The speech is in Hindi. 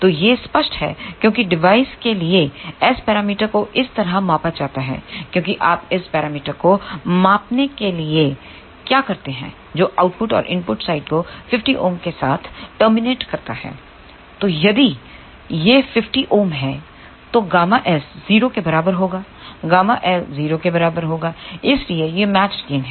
तो यह स्पष्ट है क्योंकि डिवाइस के एस पैरामीटर्स को इस तरह मापा जाता है क्योंकि आप एस पैरामीटर को मापने के लिए क्या करते हैं जो आउटपुट और इनपुट साइड को 50 Ω के साथ टर्मिनेट करता है तो यदि यह 50 Ω है तो Γs 0 के बराबर होगा ΓL 0 के बराबर होगा इसलिए यह मैचड गेन है